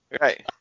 Right